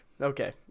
Okay